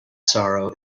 sorrow